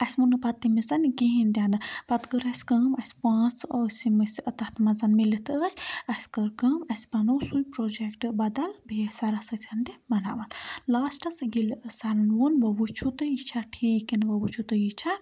اَسہِ ووٚن نہٕ پَتہٕ تٔمِس کِہیٖنۍ تہِ نہٕ پَتہٕ کٔر اَسہِ کٲم اَسہِ پانٛژھ ٲسۍ یِم أسۍ تَتھ منٛزَن مِلِتھ ٲسۍ اَسہِ کٔر کٲم اَسہِ بَنوو سُے پروجَکٹ بَدل بیٚیِس سَرَس سۭتۍ تہِ بَناوان لاسٹَس ییٚلہِ سَرَن ووٚن ونۍ وٕچھِو تُہۍ یہِ چھا ٹھیٖک کِنہٕ وَ وٕچھِو تُہۍ یہِ چھا